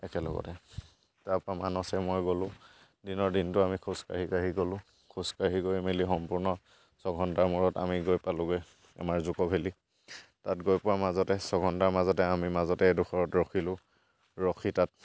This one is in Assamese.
একেলগতে তাৰপৰা মানচে মই গ'লোঁ দিনৰ দিনটো আমি খোজ কাঢ়িকাঢ়ি গ'লোঁ খোজকাঢ়ি গৈ মেলি সম্পূৰ্ণ ছঘণ্টাৰ মূৰত আমি গৈ পালোগৈ আমাৰ জুকো ভেলি তাত গৈ পোৱা মাজতে ছঘণ্টা মাজতে আমি মাজতে এডোখৰত ৰখিলোঁ ৰখি তাত